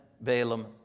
Balaam